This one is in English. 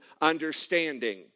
understanding